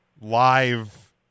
live